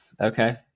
Okay